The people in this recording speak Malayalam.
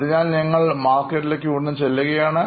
അതിനാൽ ഞങ്ങൾ മാർക്കറ്റിലേക്ക് വീണ്ടും ചെല്ലുകയാണ്